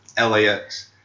lax